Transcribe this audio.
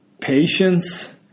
patience